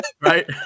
Right